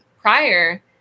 prior